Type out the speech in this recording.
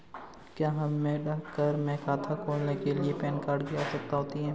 क्या हमें डाकघर में खाता खोलने के लिए पैन कार्ड की आवश्यकता है?